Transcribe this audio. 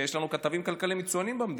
יש לנו כתבים כלכליים מצוינים במדינה,